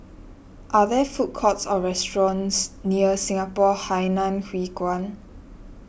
are there food courts or restaurants near Singapore Hainan Hwee Kuan